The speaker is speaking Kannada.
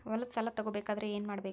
ಹೊಲದ ಸಾಲ ತಗೋಬೇಕಾದ್ರೆ ಏನ್ಮಾಡಬೇಕು?